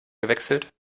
gewechselt